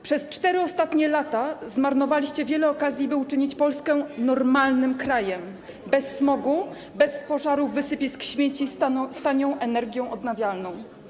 Przez ostatnie 4 lata zmarnowaliście wiele okazji, by uczynić Polskę normalnym krajem, bez smogu, bez pożarów wysypisk śmieci, z tanią energią odnawialną.